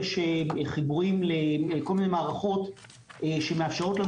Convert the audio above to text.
יש חיבורים לכל מיני מערכות שמאפשרות לנו